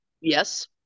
Yes